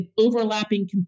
overlapping